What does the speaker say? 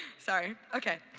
sorry. ok.